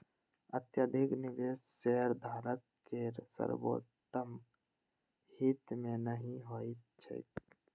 अत्यधिक निवेश शेयरधारक केर सर्वोत्तम हित मे नहि होइत छैक